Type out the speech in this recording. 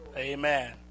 Amen